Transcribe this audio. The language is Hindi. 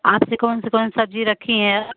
आपने कौनसी कौन सब्ज़ी रखी हैं